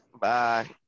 Bye